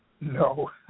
No